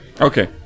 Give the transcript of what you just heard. Okay